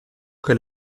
che